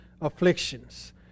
afflictions